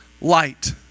light